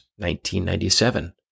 1997